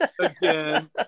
again